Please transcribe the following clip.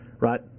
right